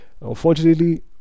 Unfortunately